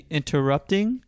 interrupting